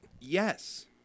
yes